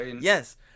yes